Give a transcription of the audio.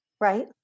right